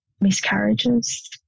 miscarriages